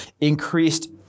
increased